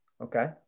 okay